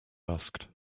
asked